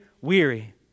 weary